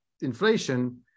inflation